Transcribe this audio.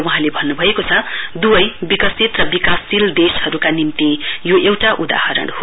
वहाँले भन्नुभएको छ दुवै विकसित र विकासशील देशहरुका निम्ति यो एउटा उदाहरण हो